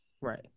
Right